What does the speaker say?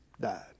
died